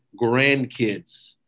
grandkids